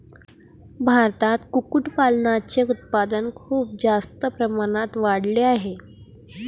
भारतात कुक्कुटपालनाचे उत्पादन खूप जास्त प्रमाणात वाढले आहे